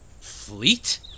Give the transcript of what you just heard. Fleet